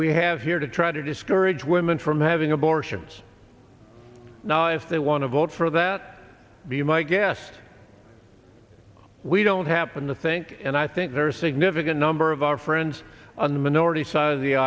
we have here to try to discourage women from having abortions now if they want to vote for that be my guest we don't happen to think and i think there are a significant number of our friends on the minority side of the